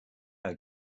are